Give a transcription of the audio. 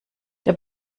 der